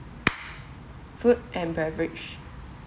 food and beverage